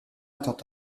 étant